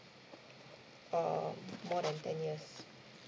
err more than ten years